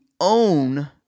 own